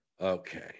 Okay